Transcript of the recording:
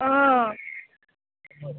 অঁ